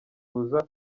ruza